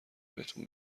بهتون